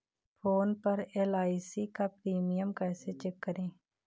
Phone पर LIC का premium कैसे चेक करें?